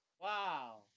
Wow